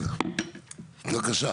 כן, בבקשה.